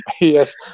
yes